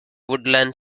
woodland